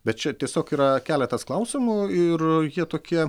bet čia tiesiog yra keletas klausimų ir jie tokie